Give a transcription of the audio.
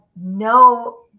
no